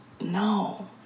no